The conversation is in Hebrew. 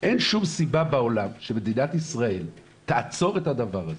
אין שום סיבה בעולם שמדינת ישראל תעצור את הדבר הזה.